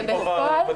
היא פה בדיון.